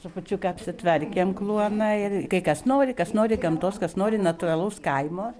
trupučiuką apsitvarkėm kluoną ir kai kas nori kas nori gamtos kas nori natūralaus kaimo